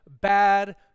bad